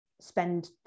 spend